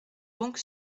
donc